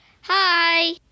Hi